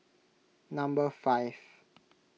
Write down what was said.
number five